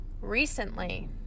Recently